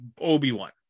Obi-Wan